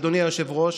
אדוני היושב-ראש,